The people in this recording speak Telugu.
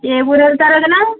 ఏ ఊరు వెళ్తారు వదినా